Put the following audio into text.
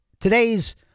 Today's